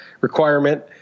requirement